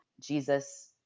Jesus